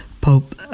Pope